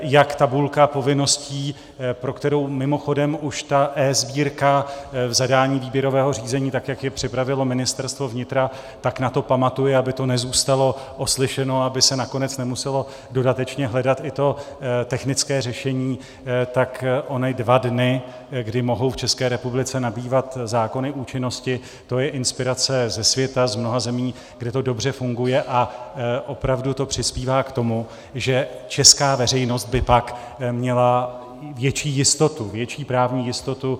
Jak tabulka povinností, pro kterou mimochodem už ta eSbírka v zadání výběrového řízení, tak jak je připravilo Ministerstvo vnitra, na to pamatuje, aby to nezůstalo oslyšeno, aby se nakonec nemuselo dodatečně hledat i to technické řešení, tak ony dva dny, kdy mohou v České republice nabývat zákony účinnosti, to je inspirace ze světa, z mnoha zemí, kde to dobře funguje, a opravdu to přispívá k tomu, že česká veřejnost by pak měla větší jistotu, větší právní jistotu.